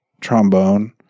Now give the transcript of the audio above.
trombone